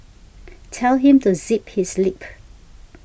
tell him to zip his lip